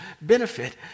benefit